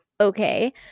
okay